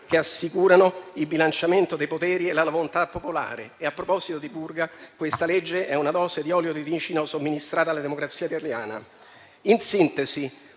che assicurano il bilanciamento dei poteri e la volontà popolare. A proposito di purga, questo disegno di legge è una dose di olio di ricino somministrata alla democrazia italiana. In sintesi,